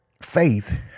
faith